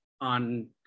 on